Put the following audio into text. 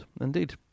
Indeed